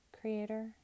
Creator